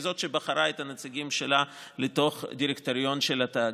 והיא זאת שבחרה את הנציגים שלה לדירקטוריון של התאגיד.